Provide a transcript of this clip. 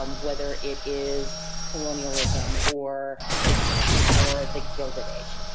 um whether it is colonialism, or the great depression or the guilded age,